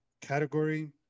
category